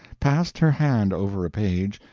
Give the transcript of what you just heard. passed her hand over a page,